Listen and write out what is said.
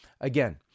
Again